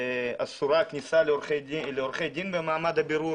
'אסורה הכניסה לעורכי דין במעמד הבירור',